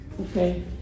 Okay